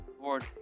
Lord